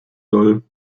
soll